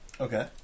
Okay